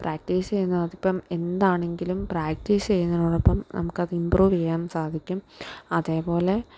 practice ചെയ്യുന്ന അതിപ്പം എന്താണെങ്കിലും പ്രാക്ടീസ് ചെയ്യുന്നതിനോടൊപ്പം നമുക്കത് ഇംപ്രൂവ് ചെയ്യാന് സാധിക്കും അതേപോലെ